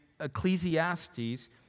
Ecclesiastes